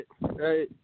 right